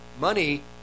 money